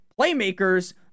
playmakers